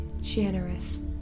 generous